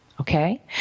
Okay